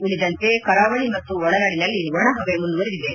ಉಳಿದಂತೆ ಕರಾವಳಿ ಮತ್ತು ಒಳನಾಡಿನಲ್ಲಿ ಒಣಹವೆ ಮುಂದುವರೆದಿದೆ